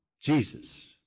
Jesus